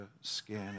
skin